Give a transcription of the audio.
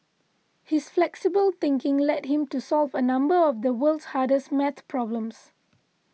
his flexible thinking led him to solve a number of the world's hardest maths problems